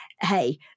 hey